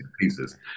Pieces